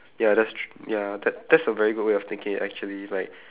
ya that's tr~ ya that's that's a very good way of thinking actually like